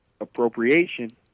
appropriation